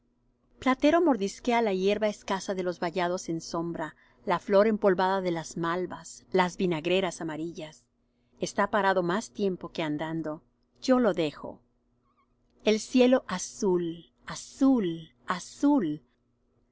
platero mordisquea la hierba escasa de los vallados en sombra la flor empolvada de las malvas las vinagreras amarillas está parado más tiempo que andando yo lo dejo el cielo azul azul azul asaeteado